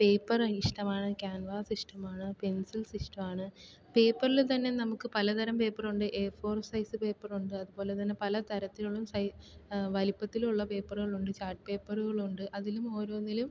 paper ഇഷ്ടമാണ് canvas ഇഷ്ടമാണ് pencils ഇഷ്ടമാണ് പേപ്പറിൽ തന്നെ നമുക്ക് പലതരം പേപ്പർ ഉണ്ട് എ ഫോർ സൈസ് പേപ്പർ ഉണ്ട് അതുപോലെ തന്നെ പല തരത്തിലുള്ള സൈ വലിപ്പത്തിലുള്ള പേപ്പറുകൾ ഉണ്ട് ചാർട്ട് പേപ്പറുകൾ ഉണ്ട് അതിലും ഓരോന്നിലും